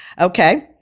Okay